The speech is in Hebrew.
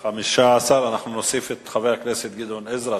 15. אנחנו נוסיף את חבר הכנסת גדעון עזרא,